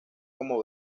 como